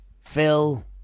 Phil